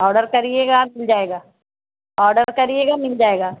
order کریے گا آپ مل جائے گا آڈر کریے گا مل جائے گا